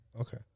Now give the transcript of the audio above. Okay